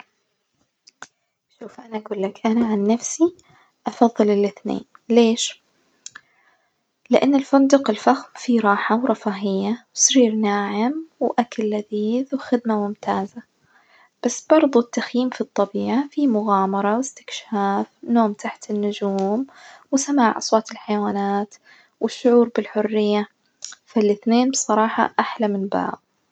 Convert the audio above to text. شوف أنا أجولك أنا عن نفسي أفضل الاتنين، ليش؟ لإن الفندق الفخم فيه راحة ورفاهية وسرير ناعم وأكل لذيذ وخدمة ممتازة، بس بردو التخييم في الطبيعة فيه مغامرة واستكشاف ونوم تحت النجوم وسماع أصوات الحيوانات والشعور بالحرية، فالاثنين بصراحة أحلى من بعض.